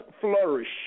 flourish